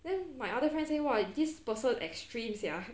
then my other friend say !wah! this person extreme sia